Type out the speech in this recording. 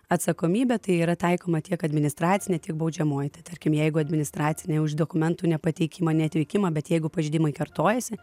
atsakomybė tai yra taikoma tiek administracinė tiek baudžiamoji tarkim jeigu administracinė už dokumentų nepateikimą neatvykimą bet jeigu pažeidimai kartojasi